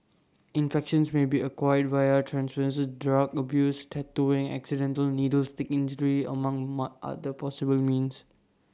infections may be acquired via drug abuse tattooing accidental needle stick injury among mud other possible means